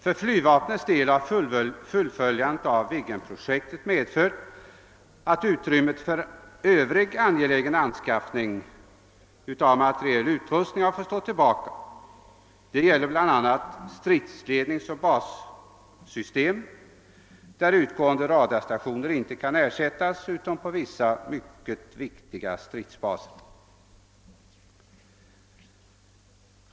För flygvapnets del har fullföljandet av Viggenprojektet medfört att övrig angelägen materielanskaffning och utrustning fått stå tillbaka. Detta gäller bl.a. stridsledningsoch bassystem, där utgående radarstationer inte kan ersättas utom på vissa mycket viktiga stridsbaser.